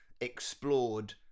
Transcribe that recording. explored